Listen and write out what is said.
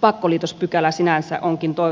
pakkoliitospykälä sinänsä onkin toivottavasti kuopattu